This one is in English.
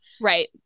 Right